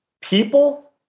people